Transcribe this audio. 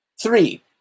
three